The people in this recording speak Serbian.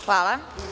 Hvala.